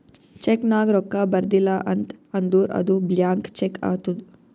check ನಾಗ್ ರೊಕ್ಕಾ ಬರ್ದಿಲ ಅಂತ್ ಅಂದುರ್ ಅದು ಬ್ಲ್ಯಾಂಕ್ ಚೆಕ್ ಆತ್ತುದ್